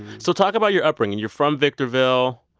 so talk about your upbringing. you're from victorville.